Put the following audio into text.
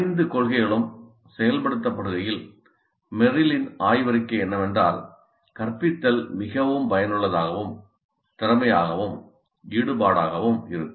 ஐந்து கொள்கைகளும் செயல்படுத்தப்படுகையில் மெர்ரலின் ஆய்வறிக்கை என்னவென்றால் கற்பித்தல் மிகவும் பயனுள்ளதாகவும் திறமையாகவும் ஈடுபாடாகவும் இருக்கும்